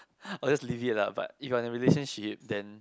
I'll just leave it lah but if you are in a relationship then